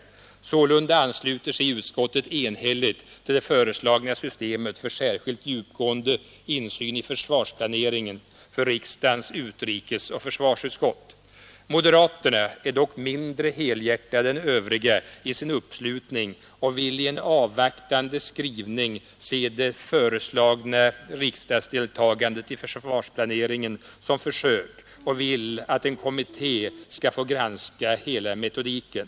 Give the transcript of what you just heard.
Sålunda ansluter sig utskottet enhälligt till det föreslagna systemet för särskilt djupgående insyn i försvarsplaneringen för riksdagens utrikesoch försvarsutskott. Moderaterna är dock mindre helhjärtade än övriga i sin uppslutning. Onsdagen den De vill i en avvaktande skrivning se det föreslagna riksdagsdeltagandet i 6 december 1972 försvarsplaneringen som försök och vill att en kommitté skall få granska hela metodiken.